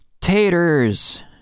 Taters